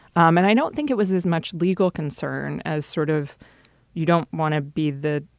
um and i don't think it was as much legal concern as sort of you don't want to be the,